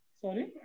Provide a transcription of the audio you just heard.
Sorry